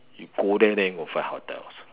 you go there then you go and find hotels